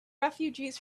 refugees